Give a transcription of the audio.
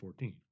14